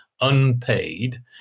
unpaid